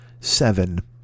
Seven